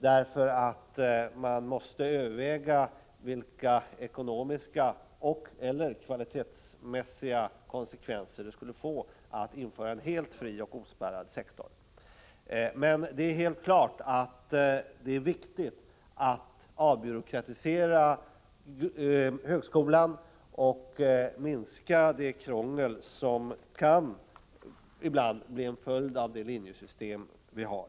Man måste nämligen överväga vilka ekonomiska och/eller kvalitetsmässiga konsekvenser det skulle få om man införde en helt fri, ospärrad sektor. Men självfallet är det viktigt att avbyråkratisera högskolan och minska det krångel som ibland blir en följd av det linjesystem vi har.